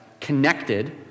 connected